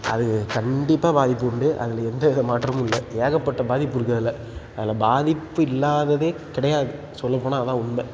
அது கண்டிப்பாக பாதிப்பு உண்டு அதில் எந்த வித மாற்றமும் இல்லை ஏகப்பட்ட பாதிப்பு இருக்குது அதில் அதில் பாதிப்பு இல்லாததே கிடையாது சொல்லப் போனால் அதுதான் உண்மை